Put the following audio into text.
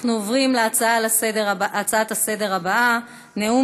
אנחנו עוברים להצעות הבאות לסדר-היום: נאום